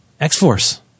X-Force